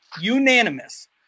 unanimous